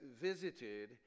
visited